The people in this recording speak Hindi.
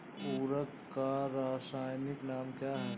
उर्वरक का रासायनिक नाम क्या है?